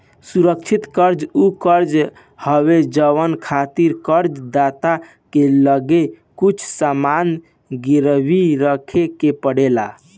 सुरक्षित कर्जा उ कर्जा हवे जवना खातिर कर्ज दाता के लगे कुछ सामान गिरवी रखे के पड़ेला